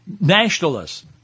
nationalists